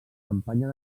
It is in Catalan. campanya